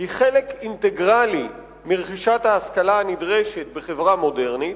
היא חלק אינטגרלי של ההשכלה הנדרשת בחברה מודרנית,